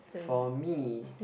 for me